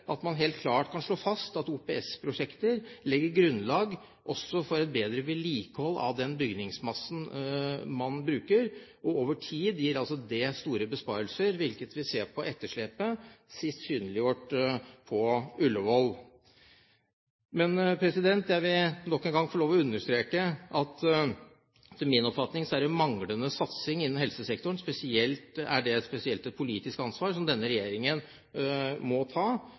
at man helt klart kan slå fast at OPS-prosjekter legger grunnlag også for et bedre vedlikehold av den bygningsmassen man bruker. Over tid gir det store besparelser, hvilket vi ser på etterslepet, sist synliggjort på Ullevål. Jeg vil nok en gang få lov til å understreke at det etter min oppfatning er en manglende satsing innen helsesektoren. Spesielt er det et politisk ansvar som denne regjeringen må ta.